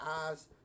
eyes